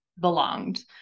belonged